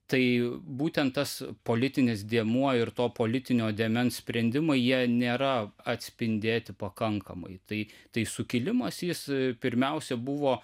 tai būtent tas politinis dėmuo ir to politinio dėmens sprendimai jie nėra atspindėti pakankamai tai tai sukilimas jis pirmiausia buvo